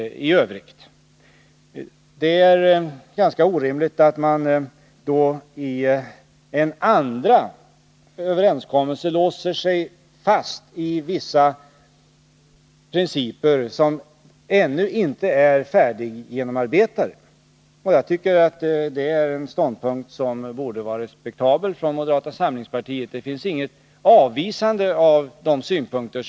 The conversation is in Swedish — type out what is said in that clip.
Det vore ganska orimligt att då i en andra överenskommelse låsa sig vid vissa preciseringar som ännu inte är färdiggenomarbetade. Det tycker jag är en ståndpunkt som moderata samlingspartiet borde kunna respektera.